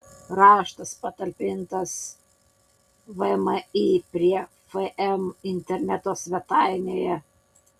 raštas patalpintas vmi prie fm interneto svetainėje